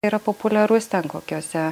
yra populiarus ten kokiose